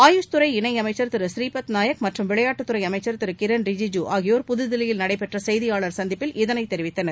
ஆயுஷ் துறை இணை அமைச்சர் திரு புரீபத் நாயக் மற்றும் விளையாட்டுத் துறை அமைச்சர் திரு கிரண் ரிஜிஜூ ஆகியோர் புது தில்லியில் நடைபெற்ற செய்தியாளர் சந்திப்பில் இதனைத் தெரிவித்தனர்